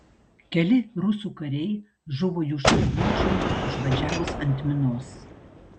keli rusų kariai žuvo jų šarvuočiui užvažiavus ant minos